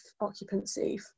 occupancy